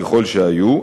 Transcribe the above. ככל שהיו,